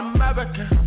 American